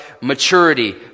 maturity